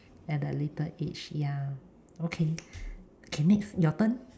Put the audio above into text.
at the later age ya okay K next your turn